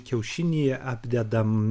kiaušinyje apdedam